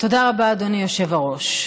תודה רבה, אדוני היושב-ראש.